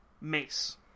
mace